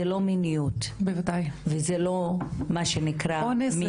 זו לא מיניות וזה לא מה שנקרא מין.